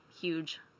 huge